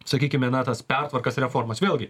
sakykime na tas pertvarkas reformas vėlgi